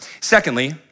Secondly